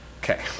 Okay